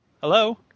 Hello